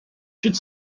could